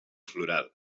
floral